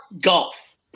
golf